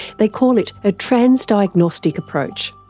they call it a transdiagnostic approach.